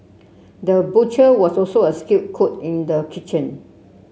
the butcher was also a skilled cook in the kitchen